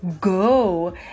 go